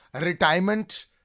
retirement